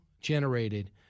generated